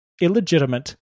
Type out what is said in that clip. illegitimate